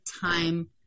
time